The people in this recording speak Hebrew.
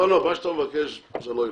מה שאתה מבקש זה לא יילך.